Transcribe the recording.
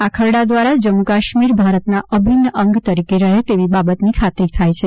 આ ખરડા દ્વારા જમ્મુકાશ્મીર ભારતના અભિન્ન અંગ તરીકે રહે તેવી બાબતની ખાતરી થાય છે